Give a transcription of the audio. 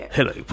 Hello